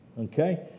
Okay